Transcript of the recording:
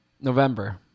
November